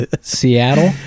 Seattle